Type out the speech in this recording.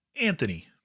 Anthony